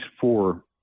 four